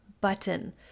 button